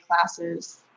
classes